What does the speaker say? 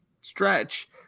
stretch